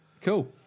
Cool